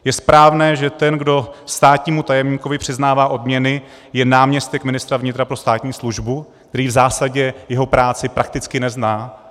Je správné, že ten, kdo státnímu tajemníkovi přiznává odměny, je náměstek ministra vnitra pro státní službu, který v zásadě jeho práci prakticky nezná?